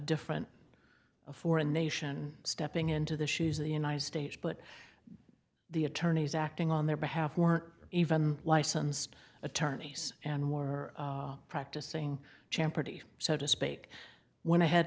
different foreign nation stepping into the shoes the united states but the attorneys acting on their behalf weren't even licensed attorneys and were practicing champ party so to spake went ahead